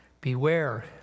Beware